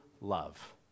love